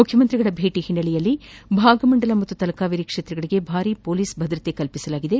ಮುಖ್ಯಮಂತ್ರಿ ಭೇಟಿ ಹಿನ್ನಲೆಯಲ್ಲಿ ಭಾಗಮಂಡಲ ಮತ್ತು ತಲಕಾವೇರಿ ಕ್ಷೇತ್ರಗಳಿಗೆ ಭಾರಿ ಪೊಲೀಸ್ ಭದ್ರತೆ ಕಲ್ಪಿಸಲಾಗಿತ್ತು